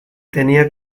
tenía